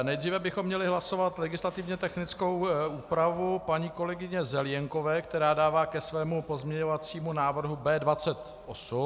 Nejdříve bychom měli hlasovat legislativně technickou úpravu paní kolegyně Zelienkové, kterou dává ke svému pozměňovacímu návrhu B28.